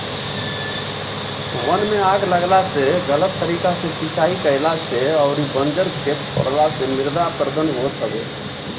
वन में आग लागला से, गलत तरीका से सिंचाई कईला से अउरी बंजर खेत छोड़ला से मृदा अपरदन होत हवे